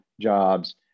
jobs